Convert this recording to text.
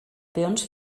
peons